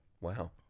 wow